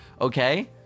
okay